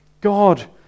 God